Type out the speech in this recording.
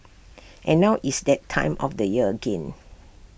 and now it's that time of the year again